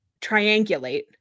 triangulate